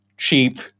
cheap